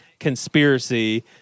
Conspiracy